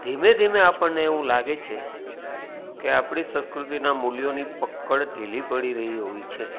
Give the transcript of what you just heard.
ધીમે ધીમે આપણને એવું લાગે છે કે આપણી સંસ્કૃતિના મૂલ્યોની પકડ ઢીલી પડી રહી હોય છે